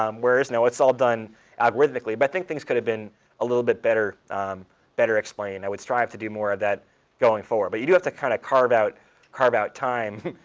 um whereas no, it's all done algorithmically. but i think things could have been a little bit better better explained. i would strive to do more of that going forward. but you do have to kind of carve out carve out time,